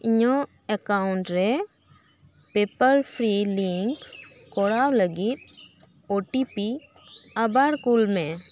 ᱤᱧᱟᱹᱜ ᱮᱠᱟᱣᱩᱱᱴ ᱨᱮ paper free link ᱠᱚᱨᱟᱣ ᱞᱟᱹᱜᱤᱫ ᱳ ᱴᱤ ᱯᱤ ᱟᱵᱟᱨ ᱠᱳᱞ ᱢᱮ